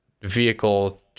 vehicle